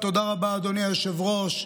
תודה רבה, אדוני היושב-ראש.